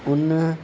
ان